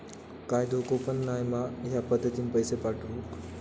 काय धोको पन नाय मा ह्या पद्धतीनं पैसे पाठउक?